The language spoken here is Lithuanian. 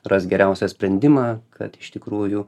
ras geriausią sprendimą kad iš tikrųjų